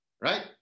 right